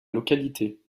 localité